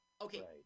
Okay